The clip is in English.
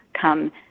come